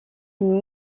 une